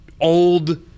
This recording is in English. old